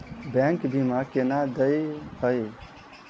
Bank बीमा केना देय है?